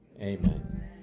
Amen